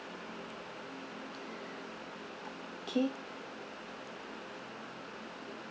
okay